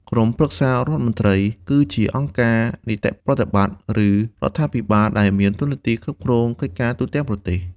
ក្រុមប្រឹក្សារដ្ឋមន្ត្រី គឺជាអង្គការនីតិប្រតិបត្តិ ឬរដ្ឋាភិបាលដែលមានតួនាទីគ្រប់គ្រងកិច្ចការទូទាំងប្រទេស។